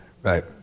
Right